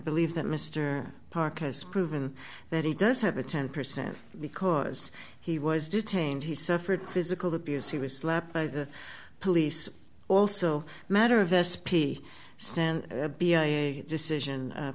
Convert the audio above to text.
believe that mr parker has proven that he does have a ten percent because he was detained he suffered physical abuse he was slapped by the police also matter of s p stand decision